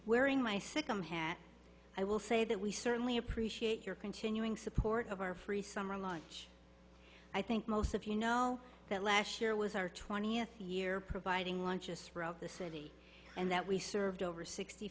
wearing my cecum hat i will say that we certainly appreciate your continuing support of our free summer lunch i think most of you know that last year was our twentieth year providing lunches for of the city and that we served over sixty